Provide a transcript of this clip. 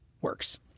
works